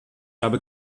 habe